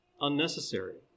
unnecessary